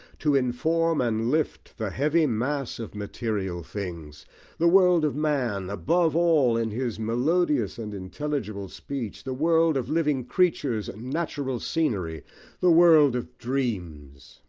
to inform and lift the heavy mass of material things the world of man, above all in his melodious and intelligible speech the world of living creatures and natural scenery the world of dreams.